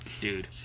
Dude